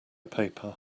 paper